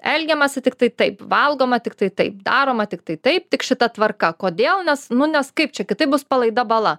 elgiamasi tiktai taip valgoma tiktai taip daroma tiktai taip tik šita tvarka kodėl nes nu nes kaip čia kitaip bus palaida bala